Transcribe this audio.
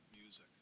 music